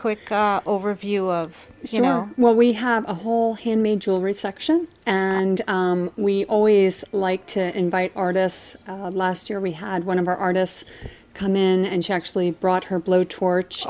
quick overview of you know well we have a whole handmade jewelry section and we always like to invite artists last year we had one of our artists come in and she actually brought her blowtorch